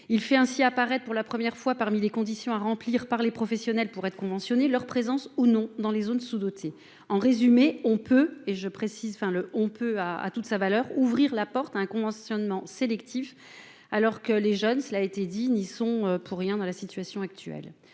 Il fait ainsi apparaître pour la première fois, parmi les conditions à remplir par les professionnels pour être conventionnés, leur présence ou non dans les zones sous-dotées. En résumé, on pourrait ouvrir la porte à un conventionnement sélectif, alors même que les jeunes- cela a été dit -ne sont pour rien dans la situation actuelle.